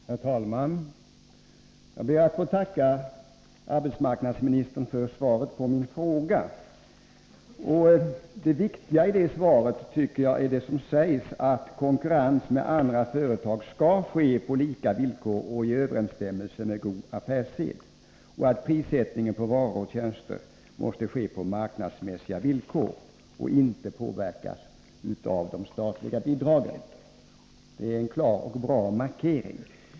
Herr talman! Jag ber att få tacka arbetsmarknadsministern för svaret på min fråga. Det viktiga i svaret är att det sägs ”att konkurrensen med andra företag skall ske på lika villkor och i överensstämmelse med god affärssed. Prissättningen på varor och tjänster måste alltså ske på marknadsmässiga villkor och inte påverkas av de statliga bidragen.” Det är en klar och bra markering.